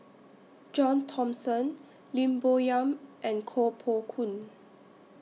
John Thomson Lim Bo Yam and Koh Poh Koon